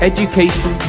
Education